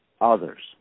others